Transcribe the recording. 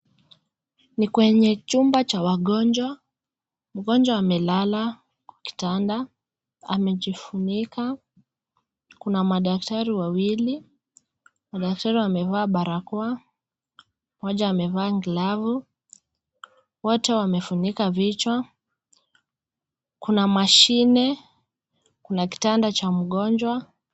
Ni kwenye chumba cha wagonjwa .Mgonjwa amelala kwa kitanda, amejifunika. Kuna madaktari wawili, mmoja amevaa barakoa ,mmoja amevaa glavu, wote wamefunikq vichwa. Kuna mashine, kuna kitanda cha mgonjwa.